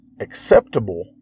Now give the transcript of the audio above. acceptable